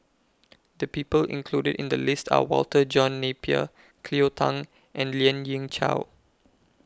The People included in The list Are Walter John Napier Cleo Thang and Lien Ying Chow